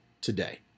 today